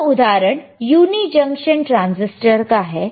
यह उदाहरण unijunction transistor का है